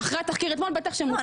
אחרי התחקיר אתמול, בטח שמותר.